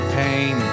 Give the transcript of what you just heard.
pain